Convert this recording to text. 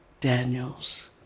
Daniels